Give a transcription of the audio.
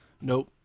nope